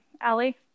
Allie